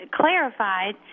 clarified